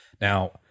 Now